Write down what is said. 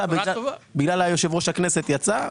בגלל יושב ראש הכנסת הוא יצא.